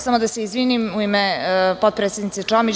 Samo da se izvinim u ime potpredsednice Čomić.